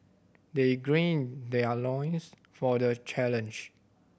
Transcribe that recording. they green their loins for the challenge